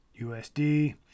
USD